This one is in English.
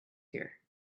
here